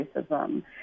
racism